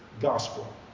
gospel